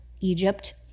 Egypt